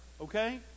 Okay